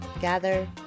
gather